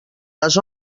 les